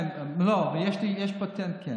כן, יש פטנט.